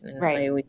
Right